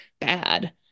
bad